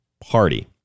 Party